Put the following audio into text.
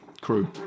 crew